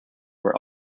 were